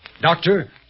Doctor